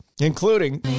including